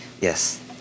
yes